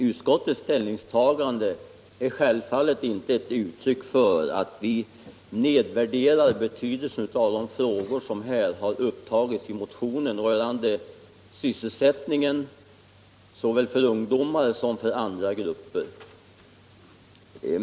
Utskottets ställningstagande är självfallet inte något uttryck för att vi nedvärderar betydelsen av de frågor som tagits upp i motionen rörande sysselsättningen för såväl ungdomar som andra grupper.